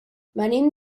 venim